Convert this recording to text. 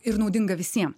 ir naudinga visiem